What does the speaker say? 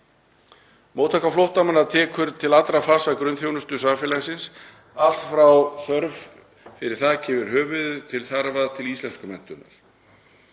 Móttaka flóttamanna tekur til allra fasa grunnþjónustu samfélagsins, allt frá þörf fyrir þak yfir höfuðið til þarfar fyrir íslenskumenntun.